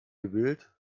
gewillt